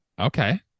okay